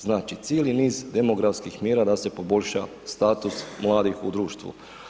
Znači cijeli niz demografskih mjera da se poboljša status mladih u društvu.